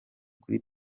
kuri